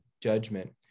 judgment